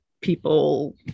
people